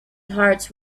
hearts